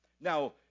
Now